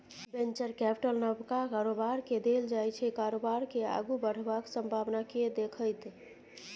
venture capital नबका कारोबारकेँ देल जाइ छै कारोबार केँ आगु बढ़बाक संभाबना केँ देखैत